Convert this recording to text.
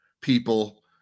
people